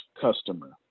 customer